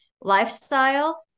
lifestyle